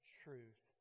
truth